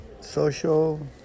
social